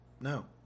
No